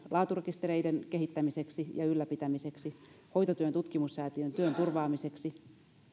laaturekistereiden kehittämiseksi ja ylläpitämiseksi hoitotyön tutkimussäätiön työn turvaamiseksi